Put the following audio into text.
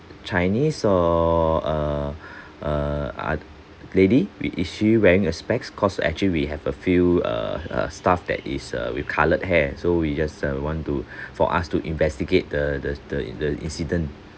chinese or err err ah lady is she wearing a specs cause actually we have a few a a staff that is uh with coloured hair so we just uh want to for us to investigate the the the the incident